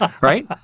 right